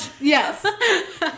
yes